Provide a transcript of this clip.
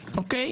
אוקיי?